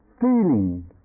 feeling